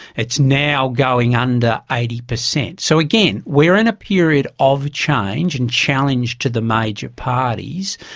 it's now going under eighty percent. so again, we are in a period of change and challenge to the major parties,